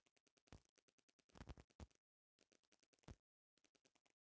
एतना रूपया नइखे कि सब के पूरा हो जाओ